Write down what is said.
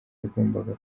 yagombaga